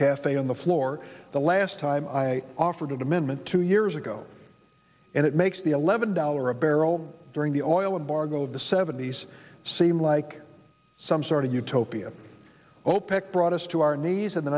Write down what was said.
cafe on the floor the last time i offered an amendment two years ago and it makes the eleven dollar a barrel during the oil embargo of the seventy's seem like some sort of utopia opec brought us to our knees in the